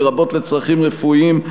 לרבות לצרכים רפואיים,